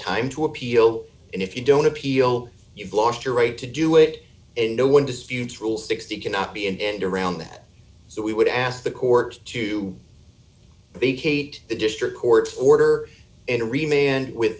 time to appeal and if you don't appeal you've lost your right to do it and no one disputes rule sixty cannot be in and around that so we would ask the court to vacate the district court order and remained with